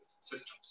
systems